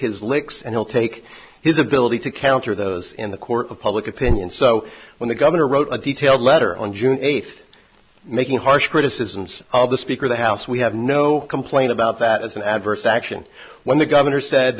his licks and he'll take his ability to counter those in the court of public opinion so when the governor wrote a detailed letter on june eighth making harsh criticisms of the speaker of the house we have no complaint about that as an adverse action when the governor said